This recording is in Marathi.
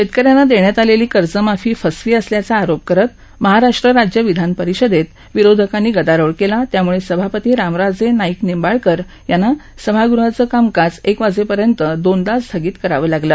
शेतकऱ्यांना देण्यात आलेली कर्जमाफी फसवी असल्याचा आरोप करत महाराष्ट्र राज्य विधानपरिषदेत विरोधकांनी गदारोळ केला त्याम्ळे सभापती रामराजे नाईक निंबाळकर यांना सभागृहाचं कामकाज एक वाजेपर्यंत दोनदा स्थगित करावं लागलं